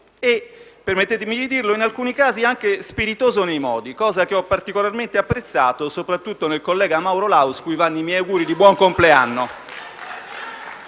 e - permettetemi di dirlo - in alcuni casi anche spiritoso nei modi, cosa che ho particolarmente apprezzato, soprattutto nel collega Mauro Laus cui vanno i miei auguri di buon compleanno.